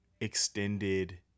extended